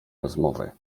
rozmowy